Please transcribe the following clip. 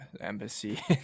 embassy